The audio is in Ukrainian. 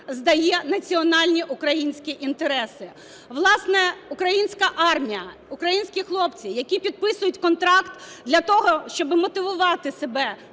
здає національні українські інтереси? Власне, українська армія, українські хлопці, які підписують контракт для того, щоб мотивувати себе